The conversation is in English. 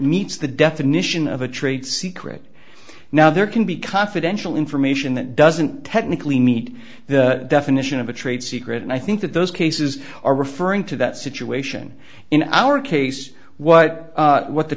meets the definition of a trade secret now there can be confidential information that doesn't technically meet the definition of a trade secret and i think that those cases are referring to that situation in our case what what the